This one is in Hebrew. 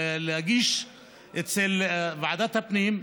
להגיש אצל ועדת הפנים,